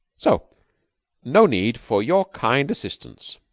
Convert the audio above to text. so no need for your kind assistance.